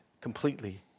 completely